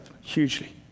hugely